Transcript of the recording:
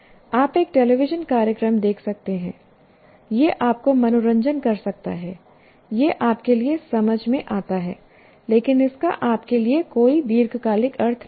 आप एक टेलीविजन कार्यक्रम देख सकते हैं यह आपका मनोरंजन कर सकता है यह आपके लिए समझ में आता है लेकिन इसका आपके लिए कोई दीर्घकालिक अर्थ नहीं है